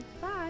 Bye